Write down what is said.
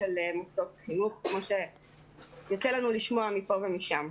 של מוסדות חינוך כמו שיוצא לנו לשמוע מפה ומשם.